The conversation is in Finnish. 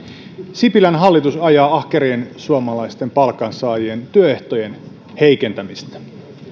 sipilän hallitus ajaa ahkerien suomalaisten palkansaajien työehtojen heikentämistä